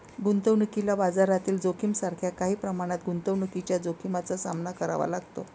गुंतवणुकीला बाजारातील जोखमीसारख्या काही प्रमाणात गुंतवणुकीच्या जोखमीचा सामना करावा लागतो